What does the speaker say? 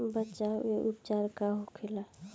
बचाव व उपचार का होखेला?